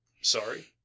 Sorry